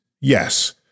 Yes